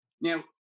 Now